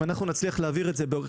אם אנחנו נצליח להעביר את זה מהר,